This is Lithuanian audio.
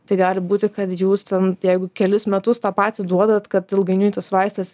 tai gali būti kad jūs ten jeigu kelis metus tą patį duodat kad ilgainiui tas vaistas